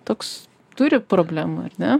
toks turi problemų ar ne